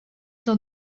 dans